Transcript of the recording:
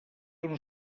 una